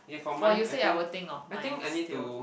while you say I will think of mine still